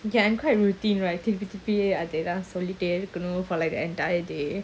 ya I'm quite routine right so சொல்லிட்டேஇருக்கணும்:sollite irukanum for like the entire day